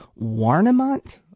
Warnemont